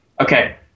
Okay